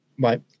right